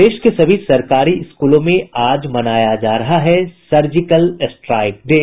प्रदेश के सभी सरकारी स्कूलों में आज मनाया जा रहा है सर्जिकल स्ट्राइक डे